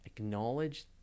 Acknowledge